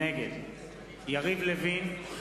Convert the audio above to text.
נגד יריב לוין,